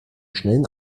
schnellen